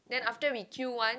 then after we queue one